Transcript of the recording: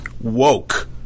woke